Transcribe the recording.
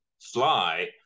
fly